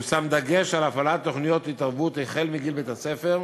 הושם דגש על הפעלת תוכניות התערבות החל בגיל בית-הספר,